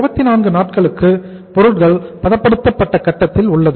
24 நாட்களுக்கு பொருட்கள் பதப்படுத்தப்பட்ட கட்டத்தில் உள்ளது